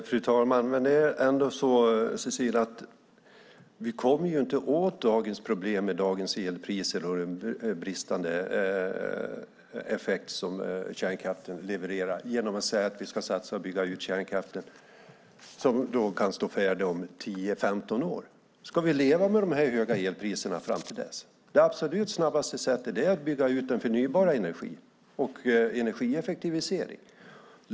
Fru talman! Det är ändå så, Cecilie, att vi inte kommer åt dagens problem med dagens elpriser och den bristande effekt som kärnkraften levererar genom att säga att vi ska satsa och bygga ut kärnkraft som kan stå färdig om 10-15 år. Ska vi leva med de här höga elpriserna fram till dess? Det absolut snabbaste sättet är energieffektivisering och att bygga ut den förnybara energin.